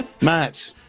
Matt